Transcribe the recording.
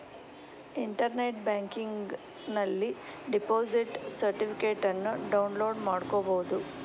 internet ಬ್ಯಾಂಕಿಂಗನಲ್ಲಿ deposit ಸರ್ಟಿಫಿಕೇಟನ್ನು download ಮಾಡ್ಕೋಬಹುದು